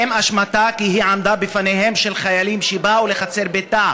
האם אשמתה כי היא עמדה בפניהם של חיילים שבאו לחצר ביתה,